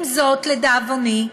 עם זאת, לדאבוני,